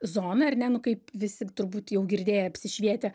zoną ar ne nu kaip visi turbūt jau girdėję apsišvietę